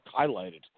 highlighted